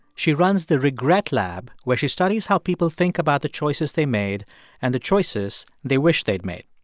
she runs the regret lab, where she studies how people think about the choices they made and the choices they wish they'd made.